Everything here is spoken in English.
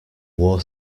wore